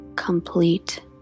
Complete